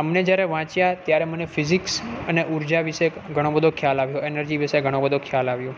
આમને જ્યારે વાંચ્યા ત્યારે મને ફિઝિક્સ અને ઉર્જા વિષે ઘણો બધો ખ્યાલ આવ્યો એનર્જી વિષે ઘણો બધો ખ્યાલ આવ્યો